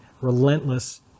relentless